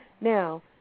Now